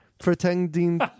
pretending